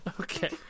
Okay